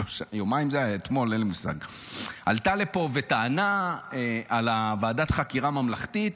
שלושה עלתה לפה וטענה על ועדת חקירה ממלכתית.